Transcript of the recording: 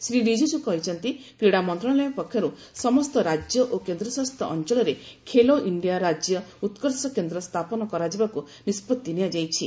ଶ୍ରୀ ରିଜିଜ୍ କହିଛନ୍ତି କ୍ରୀଡ଼ା ମନ୍ତ୍ରଣାଳୟ ପକ୍ଷରୁ ସମସ୍ତ ରାଜ୍ୟ ଓ କେନ୍ଦ୍ରଶାସିତ ଅଞ୍ଚଳରେ ଖେଲୋ ଇଣ୍ଡିଆ ରାଜ୍ୟ ଉତ୍କର୍ଷ କେନ୍ଦ୍ର ସ୍ଥାପନ କରାଯିବାକୁ ନିଷ୍ପଭି ନିଆଯାଇଛି